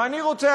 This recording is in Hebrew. ואני רוצה,